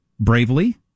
bravely